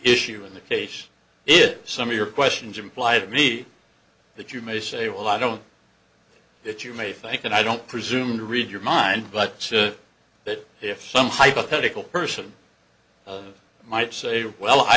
issue in the case it some of your questions imply to me that you may say well i don't know that you may think that i don't presume to read your mind but that if some hypothetical person might say well i